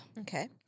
Okay